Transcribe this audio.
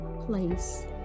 place